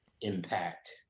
impact